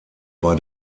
bei